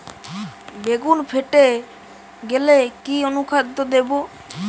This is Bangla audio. বেগুন ফেটে গেলে কি অনুখাদ্য দেবো?